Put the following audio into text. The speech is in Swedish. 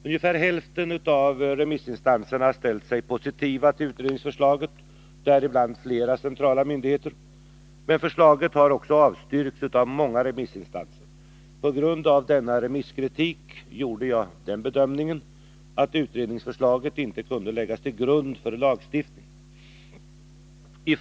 Ungefär hälften av remissinstanserna har ställt sig positiva till utredningsförslaget, däribland flera centrala myndigheter. Men förslaget har också avstyrkts av många remissinstanser. På grund av denna remisskritik gjorde jag den bedömningen att utredningsförslaget inte kunde läggas till grund för lagstiftning.